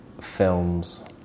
films